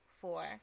four